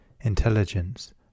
intelligence